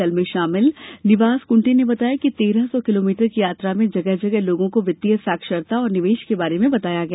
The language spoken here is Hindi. दल में शामिल निवास कुंटे ने बताया कि तेरह सौ किलोमीटर की यात्रा में जगह जगह लोगों को वित्तीय साक्षरता और निवेष के बारे में बताया गया